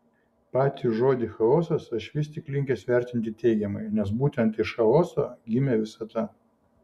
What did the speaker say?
patį žodį chaosas aš vis tik linkęs vertinti teigiamai nes būtent iš chaoso gimė visata